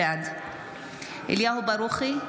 בעד אליהו ברוכי,